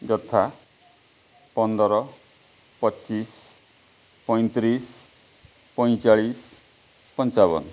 ଯଥା ପନ୍ଦର ପଚିଶ ପଇଁତିରିଶ ପଇଁଚାଳିଶ ପଞ୍ଚାବନ